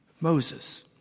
Moses